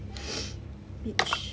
bitch